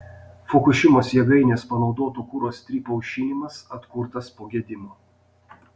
fukušimos jėgainės panaudotų kuro strypų aušinimas atkurtas po gedimo